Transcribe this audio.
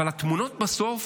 אבל התמונות בסוף